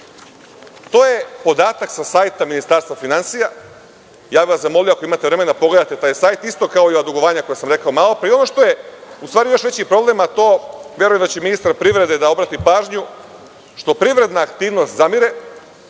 To je podatak sa sajta Ministarstva finansija. Zamolio bih vas, ako imate vremena, da pogledate taj sajt, kao i ova dugovanja koja sam rekao malopre. Ono što je u stvari još veći problem, a verujem da će ministar privrede da obrati pažnju na to, jeste to što privredna aktivnost zamire.